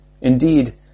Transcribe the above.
Indeed